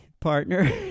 partner